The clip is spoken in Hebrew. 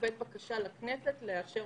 מוסמך השירות לעשות